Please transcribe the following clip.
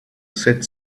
that